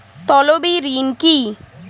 তলবি ঋন কি?